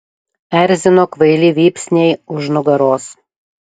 erzino kvaili vypsniai už nugaros